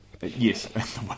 Yes